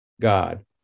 God